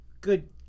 Good